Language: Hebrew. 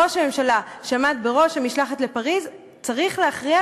ראש הממשלה שעמד בראש המשלחת לפריז צריך להכריע,